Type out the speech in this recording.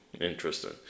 interesting